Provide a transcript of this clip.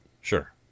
sure